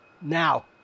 Now